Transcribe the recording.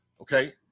okay